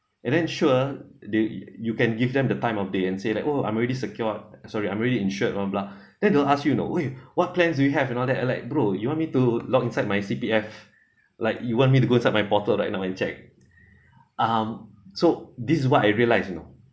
and then sure they you can give them the time of day and say like oh I'm already secured sorry I'm already insured blah blah blah then they'll ask you you know !oi! what plans do you have and all that and like bro you want me to log inside my C_P_F like you want me to go inside my portal right now and check um so this is what I realize you know